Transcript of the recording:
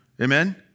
Amen